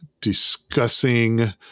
discussing